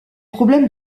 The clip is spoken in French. problèmes